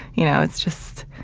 you know? it's just.